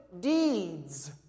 deeds